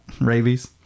rabies